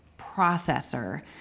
processor